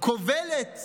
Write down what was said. וקובלת